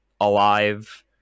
alive